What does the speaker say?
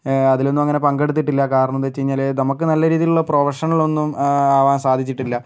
അതിലൊന്നും അങ്ങനെ പങ്കെടുത്തിട്ടില്ല കാരണമെന്താന്ന് വെച്ച് കഴിഞ്ഞാല് നമുക്ക് നല്ല രീതിയിലുള്ള പ്രൊഫഷണലൊന്നും ആവാൻ സാധിച്ചിട്ടില്ല